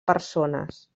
persones